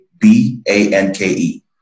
B-A-N-K-E